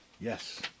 Yes